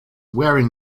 wearing